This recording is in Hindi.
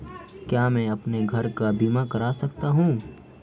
क्या मैं अपने घर का बीमा करा सकता हूँ?